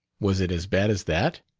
was it as bad as that?